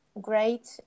great